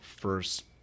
first